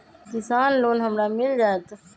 किसान लोन हमरा मिल जायत?